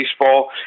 Baseball